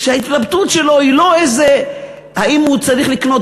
שההתלבטות שלו היא לא אם הוא צריך לקנות